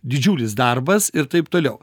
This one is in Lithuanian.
didžiulis darbas ir taip toliau